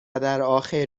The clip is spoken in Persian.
درآخر